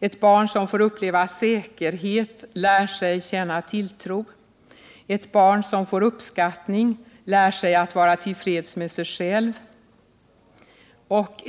Ett barn som får uppleva säkerhet lär sig känna tilltro. Ett barn som får uppskattning lär sig att vara till freds med sig själv.